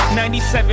97